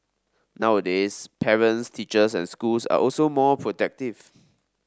nowadays parents teachers and schools are also more protective